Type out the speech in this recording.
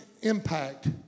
impact